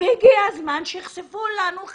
הגיע הזמן שיחשפו בפנינו חלק.